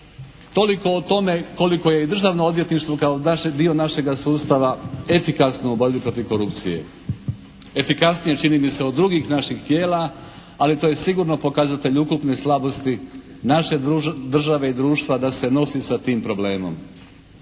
Toliko o tome koliko je i Državno odvjetništvo kao dio našega sustava efikasno u borbi protiv korupcije. Efikasnije čini mi se od drugih naših tijela, ali to je sigurno pokazatelj ukupne slabosti naše države i društva da se nosi sa tim problemom.